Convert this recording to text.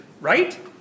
right